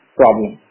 problem